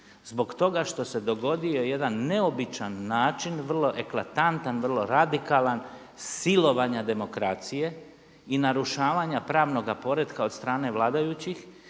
zbog toga što se dogodio jedan neobičan način vrlo eklatantan, vrlo radikalan silovanja demokracije i narušavanja pravnog poretka od strane vladajućih